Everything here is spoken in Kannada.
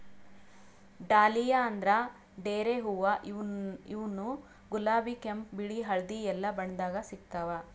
ಡಾಲಿಯಾ ಅಂದ್ರ ಡೇರೆ ಹೂವಾ ಇವ್ನು ಗುಲಾಬಿ ಕೆಂಪ್ ಬಿಳಿ ಹಳ್ದಿ ಎಲ್ಲಾ ಬಣ್ಣದಾಗ್ ಸಿಗ್ತಾವ್